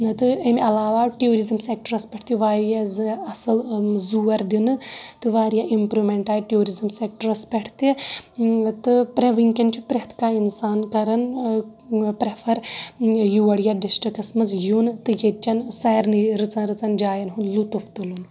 نَہ تہٕ امہِ علاوٕ آو ٹیوٗرزم سیکٹرس پٮ۪ٹھ تہِ واریاہ زٕ اِصٕل زور دِنہٕ تہٕ واریاہ اِمپرومیٚنٛٹ آیہِ ٹیوٗرزم سیکٹرس پٮ۪ٹھ تہِ تہٕ پرےٚ ؤنٛۍکیٚن چھُ پریٚتھ کانٛہہ اِنسان کران پریٚفر یور یَتھ ڈسٹکٹس منٛز یُن تہٕ ییٚتۍ چین سارِنٕے رٔژن رٔژن جاین ہُنٛد لُطف تُلُن